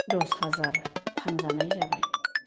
दस हाजार फानजानाय जाबाय